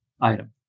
item